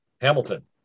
Hamilton